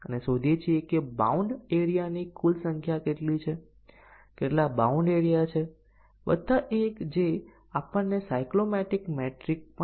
ચાલો આપણે બીજું ઉદાહરણ જોઈએ જ્યાં આપણી પાસે 1 2 3 4 5 છે 5 ટેસ્ટીંગ ના કેસ માફ કરશો 5 બેઝીક કન્ડીશન